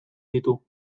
ditu